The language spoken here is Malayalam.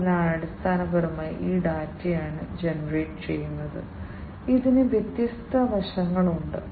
അതിനാൽ അടിസ്ഥാനപരമായി ഈ ഡാറ്റയാണ് ജനറേറ്റ് ചെയ്യുന്നത് ഇതിന് വ്യത്യസ്ത വശങ്ങളുണ്ട്